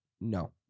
No